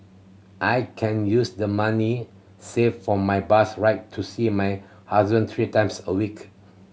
I can use the money saved for my bus ride to see my husband three times a week